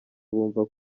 bumva